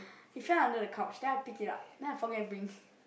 it's right under the couch then I pick it up then I forget to bring